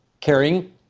carrying